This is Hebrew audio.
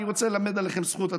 אני רוצה ללמד עליכם זכות.